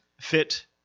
fit